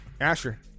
Asher